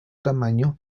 tamaño